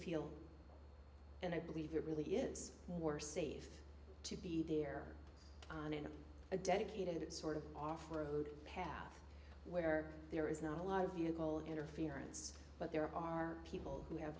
feel and i believe it really is more safe to be there on in a dedicated sort of off road path where there is not a lot of you call interference but there are people who have